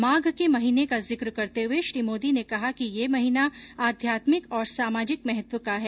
माघ के महीने का जिक्र करते हए श्री मोदी ने कहा कि यह महीना आध्यात्मिक और सामाजिक महत्व का है